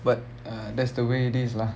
but uh that's the way it is lah